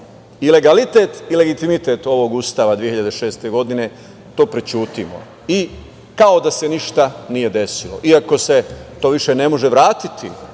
i legalitet i legitimitet ovog Ustava 2006. godine, to prećutimo, i kao da se ništa nije desilo, iako se to više ne može vratiti